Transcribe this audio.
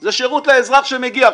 אלא זה שירות לאזרח שמגיע לשם.